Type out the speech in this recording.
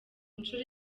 nshuro